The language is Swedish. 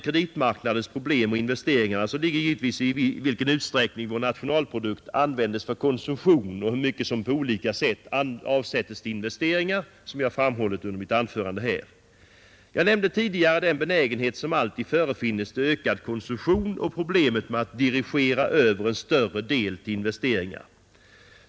Kreditmarknadens problem och investeringarna har givetvis ett nära samband med i vilken utsträckning vår nationalprodukt användes för konsumtion och hur mycket som på olika sätt avsättes till investeringar. Detta har jag redan tidigare framhållit i mitt anförande. Jag nämnde också den benägenhet som alltid förefinns till ökad konsumtion och problemet med att dirigera över en större del till investeringar.